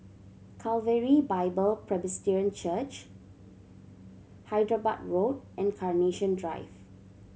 Calvary Bible Presbyterian Church Hyderabad Road and Carnation Drive